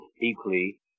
equally